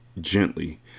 gently